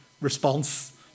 response